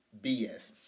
BS